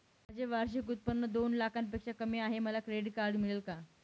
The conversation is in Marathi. माझे वार्षिक उत्त्पन्न दोन लाखांपेक्षा कमी आहे, मला क्रेडिट कार्ड मिळेल का?